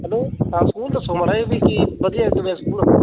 hello school ਦੱਸੋ ਮਾੜਾ ਜਾ ਵੀ ਕਿ ਵਧੀਆ ਕਿਵੇਂ ਸਕੂਲ